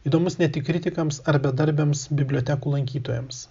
įdomus ne tik kritikams ar bedarbiams bibliotekų lankytojams